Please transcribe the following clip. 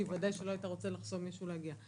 כי ודאי לא היית רוצה לחסום מישהו מלהגיע.